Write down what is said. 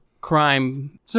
crime